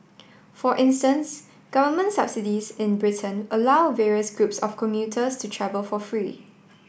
for instance government subsidies in Britain allow various groups of commuters to travel for free